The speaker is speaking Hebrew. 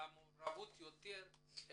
עם יותר מעורבות של בני